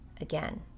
again